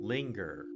Linger